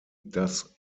das